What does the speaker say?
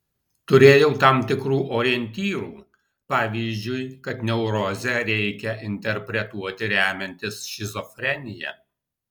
turėjau tam tikrų orientyrų pavyzdžiui kad neurozę reikia interpretuoti remiantis šizofrenija